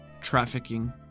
trafficking